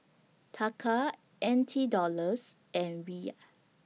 Taka N T Dollars and Riyal